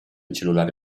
cellulare